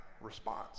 response